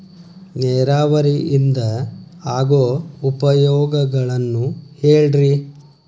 ನೇರಾವರಿಯಿಂದ ಆಗೋ ಉಪಯೋಗಗಳನ್ನು ಹೇಳ್ರಿ